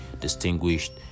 distinguished